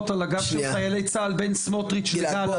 על הגב של חיילי צה"ל בין סמוטריץ' לגלנט,